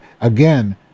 Again